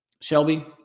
Shelby